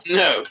no